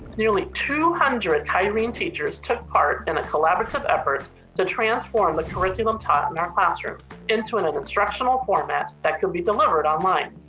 nearly two hundred kyrene teachers took part in a collaborative effort to transform the curriculum taught in our classrooms, into an instructional format that can be delivered online.